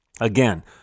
Again